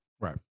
right